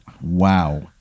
wow